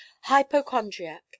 Hypochondriac